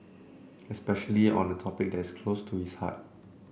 especially on a topic that's close to its heart